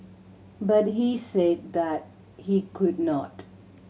but he said that he could not